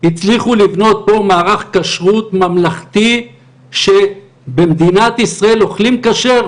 הצליחו לבנות פה מערך כשרות ממלכתי שבמדינת ישראל אוכלים כשר,